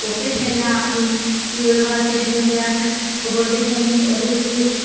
ओह्कें खेल्लना प्ही ओह्दे बाद खेल्लदे होंदे हे अस कबड्डी खेल्लनी ओह्दे बिच बी